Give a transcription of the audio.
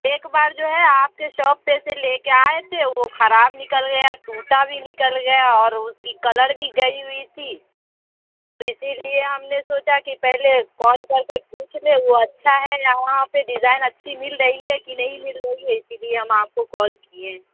ایک بار جو ہے آپ کے شاپ پہ سے لے کے آئے تھے وہ خراب نکل گیا ٹوٹا بھی نکل گیا اور اُس کی کلر بھی گئی ہوئی تھی تو اِسی لیے ہم نے سوچا کہ پہلے کال کر کے پوچھ لیں وہ اچھا ہے یہاں پہ ڈیزائین اچھی مل رہی ہے کہ نہیں مل رہی ہے اِسی لیے ہم آپ کو کال کیے ہیں